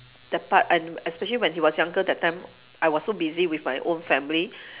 that part and especially when he was younger that time I was so busy with my own family